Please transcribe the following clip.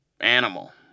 animal